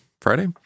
Friday